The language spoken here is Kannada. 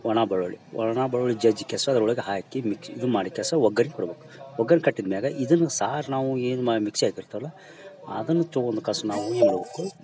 ಒಣ ಬೆಳ್ಳುಳ್ಳಿ ಒಣ ಬೆಳ್ಳುಳ್ಳಿ ಜಜ್ಜಿಕೆಸ ಅದರೊಳಗ ಹಾಕಿ ಮಿಕ್ಸಿ ಇದು ಮಾಡಿಕೆಸ ಒಗ್ಗರನಿ ಕೊಡ್ಬಕು ಒಗ್ಗರನಿ ಕಟ್ಟಿದ್ಮ್ಯಾಗ ಇದ್ನ ಸಾರು ನಾವು ಏನು ಮಾ ಮಿಕ್ಸಿ ಹಾಕಿರ್ತೇವಿ ಅಲ್ಲ ಅದನ್ನು ತಗೊಂಡ್ಕಸ್ ನಾವು ಏನ್ಮಾಡ್ಬಕು